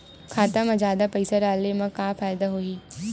खाता मा जादा पईसा डाले मा का फ़ायदा होही?